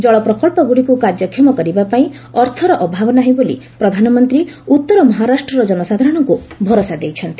ଜଳ ପ୍ରକଳ୍ପଗୁଡ଼ିକୁ କାର୍ଯ୍ୟକ୍ଷମ କରିବାପାଇଁ ଅର୍ଥର ଅଭାବ ନାହିଁ ବୋଲି ପ୍ରଧାନମନ୍ତ୍ରୀ ଉତ୍ତର ମହାରାଷ୍ଟ୍ରର ଜନସାଧାରଣଙ୍କୁ ଭରସା ଦେଇଛନ୍ତି